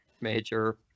major